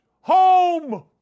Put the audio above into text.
home